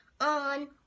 on